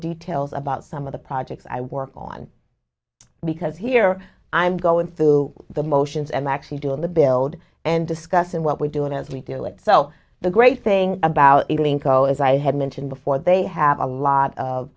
details about some of the projects i work on because here i'm going through the motions and actually doing the build and discuss and what we're doing as we do it so the great thing about it lingo is i had mentioned before they have a lot of